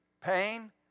pain